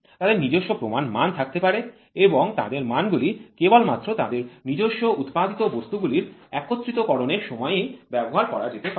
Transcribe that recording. তাদের নিজস্ব প্রমাণ মান থাকতে পারে এবং তাদের মানগুলি কেবলমাত্র তাদের নিজস্ব উৎপাদিত বস্তুগুলির একত্রিতকরণ এর সময়েই ব্যবহার করা যেতে পারে